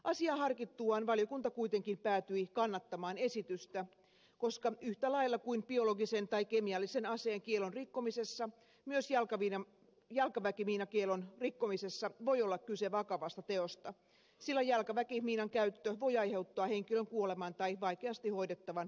asiaa harkittuaan valiokunta kuitenkin päätyi kannattamaan esitystä koska yhtä lailla kuin biologisen tai kemiallisen aseen kiellon rikkomisessa myös jalkaväkimiinakiellon rikkomisessa voi olla kyse vakavasta teosta sillä jalkaväkimiinan käyttö voi aiheuttaa henkilön kuoleman tai vaikeasti hoidettavan ruumiinvamman